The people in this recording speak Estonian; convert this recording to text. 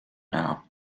näha